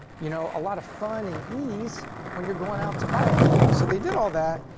you know a lot of fun and ease, when you're going out to buy it. so they did all that,